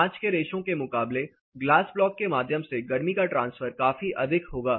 कांच के रेशों के मुकाबले ग्लास ब्लॉक के माध्यम से गर्मी का ट्रांसफर काफी अधिक होगा